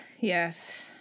Yes